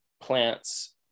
plants